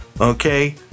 okay